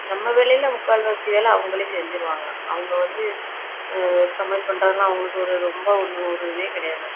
நம்ம வேலையில் முக்கால் வாசி வேலை அவங்களே செஞ்சுருவாங்க அவங்க வந்து சமையல் பண்ணுறதுலாம் அவங்களுக்கு ஒரு ரொம்ப ஒரு நூறு இதே கிடையாது